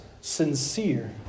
sincere